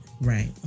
Right